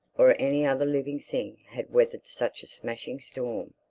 or any other living thing, had weathered such a smashing storm.